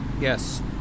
Yes